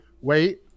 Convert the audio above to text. Wait